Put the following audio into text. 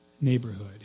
neighborhood